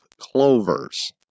clovers